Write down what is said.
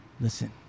listen